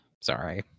Sorry